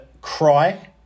cry